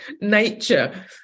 nature